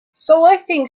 solfaing